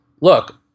look